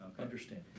Understand